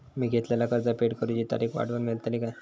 मी घेतलाला कर्ज फेड करूची तारिक वाढवन मेलतली काय?